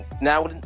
Now